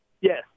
Yes